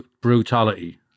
brutality